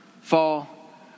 fall